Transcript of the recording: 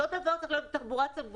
אותו דבר צריך להיות גם בתחבורה ציבורית.